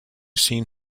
seen